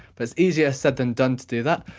but it's easier said than done to do that.